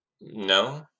No